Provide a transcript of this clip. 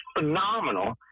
phenomenal